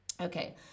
Okay